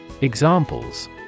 Examples